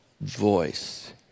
voice